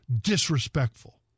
disrespectful